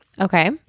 okay